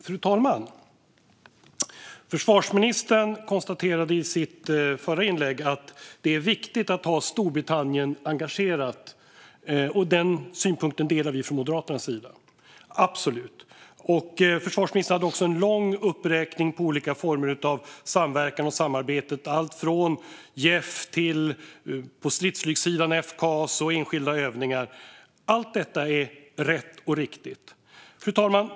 Fru talman! Försvarsministern konstaterade i sitt förra inlägg att det är viktigt att ha Storbritannien engagerat. Den synpunkten delar vi från Moderaternas sida - absolut! Försvarsministern hade också en lång uppräkning av olika former av samverkan och samarbete - allt från JEF till, på stridsflygssidan, FCAS och enskilda övningar. Allt detta är rätt och riktigt. Fru talman!